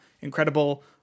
incredible